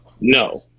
No